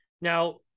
Now